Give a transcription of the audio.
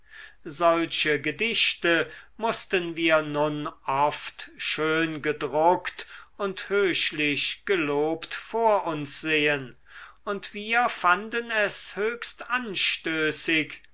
solche gedichte mußten wir nun oft schön gedruckt und höchlich gelobt vor uns sehen und wir fanden es höchst anstößig